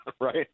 right